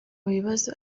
bibazo